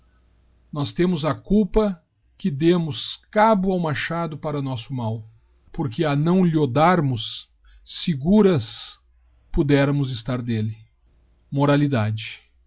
íjíis temos a culpa que demos cabo ao machado para nos mal j porque a não lhe o darmos seguras poderamos estar delle